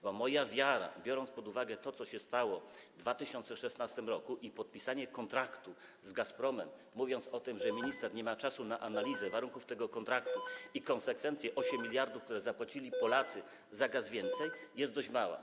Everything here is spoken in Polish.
Bo moja wiara, biorąc pod uwagę to, co się stało w 2016 r., i podpisanie kontraktu z Gazpromem, gdy mówi się o tym, że minister nie ma czasu na analizę warunków tego kontraktu, i konsekwencje 8 mld, które Polacy zapłacili więcej za gaz, jest dość mała.